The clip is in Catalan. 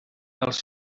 els